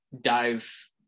dive